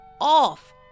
off